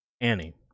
Annie